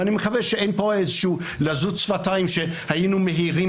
ואני מקווה שאין פה איזו לזות שפתיים שהיינו מהירים